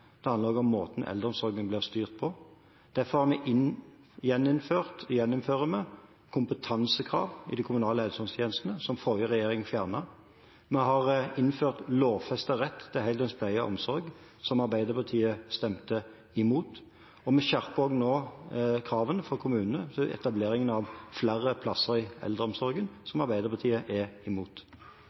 det handler også om måten eldreomsorgen blir styrt på. Derfor har vi gjeninnført kompetansekrav i de kommunale helse- og omsorgstjenestene som forrige regjering fjernet. Vi har innført lovfestet rett til heldøgns pleie og omsorg, som Arbeiderpartiet stemte imot. Og vi skjerper nå kravene overfor kommunene for å etablere flere plasser i eldreomsorgen, som Arbeiderpartiet er imot.